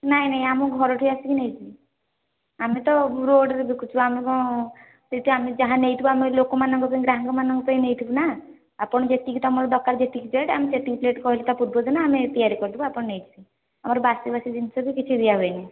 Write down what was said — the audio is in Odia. ନାଇଁ ନାଇଁ ଆମ ଘରଠି ଆସିକି ନେଇଯିବେ ଆମେ ତ ରୋଡ଼ରେ ବିକୁଛୁ ଆମେ କ'ଣ ସେଇଟା ଆମେ ଯାହା ନେଇଥିବୁ ଆମରି ଲୋକମାନଙ୍କ ସାଙ୍ଗରେ ଆମମାନଙ୍କ ପାଇଁ ନେଇଥିବୁ ନା ଆପଣ ଯେତିକି ତୁମର ଦରକାର ଯେତିକି ପ୍ଳେଟ୍ ଆମେ ସେତିକି ପ୍ଳେଟ୍ କହିଲେ ତା' ପୂର୍ବଦିନ ଆମେ ତିଆରି କରିଦେବୁ ଆପଣ ନେଇଯିବେ ଆମର ବାସି ବାସି ଜିନିଷ ବି କିଛି ଦିଆ ହୁଏନି